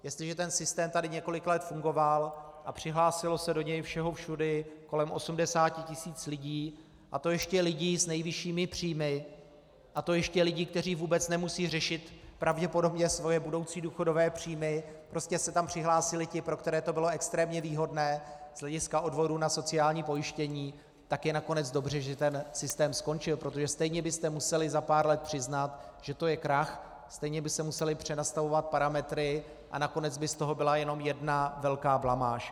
Jestliže ten systém tady několik let fungoval a přihlásilo se do něj všeho všudy kolem 80 tisíc lidí, a to ještě lidí s nejvyššími příjmy, a to ještě lidí, kteří vůbec nemusí řešit pravděpodobně svoje budoucí důchodové příjmy, prostě se tam přihlásili ti, pro které to bylo extrémně výhodné z hlediska odvodů na sociální pojištění, tak je nakonec dobře, že ten systém skončil, protože stejně byste museli za pár let přiznat, že to je krach, stejně by se musely přenastavovat parametry a nakonec by z toho byla jenom jedna velká blamáž.